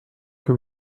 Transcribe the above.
que